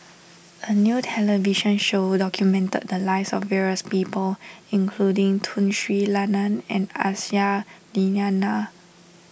a new television show documented the lives of various people including Tun Sri Lanang and Aisyah Lyana